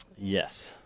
Yes